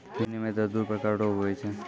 विनिमय दर दू प्रकार रो हुवै छै